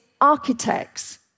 architects